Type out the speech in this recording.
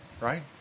right